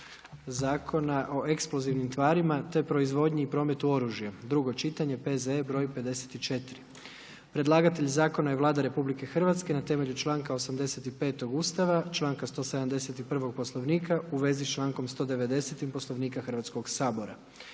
Zakona o eksplozivnim tvarima, te proizvodnji i prometu oružja, drugo čitanje, P.Z. broj 54. Predlagatelj Zakona je Vlada RH, na temelju članka 85. Ustava, članka 171. Poslovnika u vezi s člankom 190. Poslovnika Hrvatskog sabora.